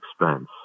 expense